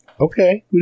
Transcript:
Okay